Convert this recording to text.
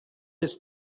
ist